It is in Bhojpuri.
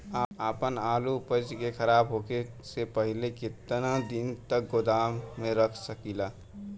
आपन आलू उपज के खराब होखे से पहिले केतन दिन तक गोदाम में रख सकिला?